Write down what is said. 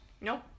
Nope